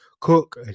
cook